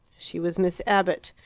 she was miss abbott.